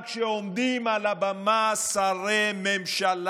מעולם לא חשבתי,